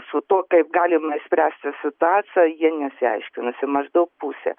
su tuo kaip galima išspręsti situaciją jie nesiaiškinosi maždaug pusė